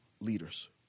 leaders